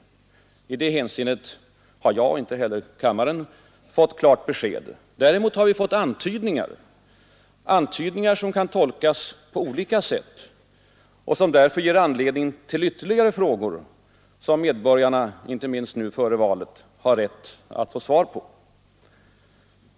I det hänseendet har varken jag eller kammaren fått klart besked. Däremot har vi fått antydningar, som kan tolkas på olika sätt och som därför ger anledning till ytterligare frågor som medborgarna, inte minst nu före valet, har rätt att få svar på.